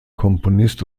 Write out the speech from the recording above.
komponist